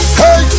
hey